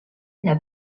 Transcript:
n’a